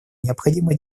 необходимо